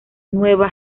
nueva